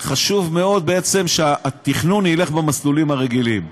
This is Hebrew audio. חשוב מאוד, בעצם, שהתכנון ילך במסלולים הרגילים.